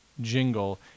jingle